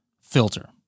filter